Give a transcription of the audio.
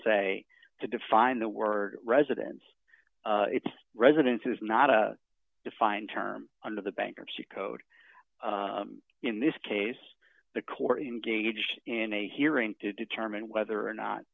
say to define the word residence residence is not a defined term under the bankruptcy code in this case the court engaged in a hearing to determine whether or not